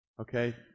Okay